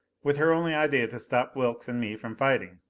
with her only idea to stop wilks and me from fighting.